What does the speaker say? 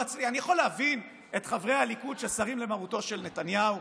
שהוא יחיל את הריבונות על בקעת הירדן.